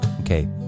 Okay